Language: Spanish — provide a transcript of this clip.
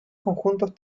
conjuntos